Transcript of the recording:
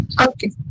okay